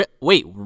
wait